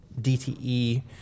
DTE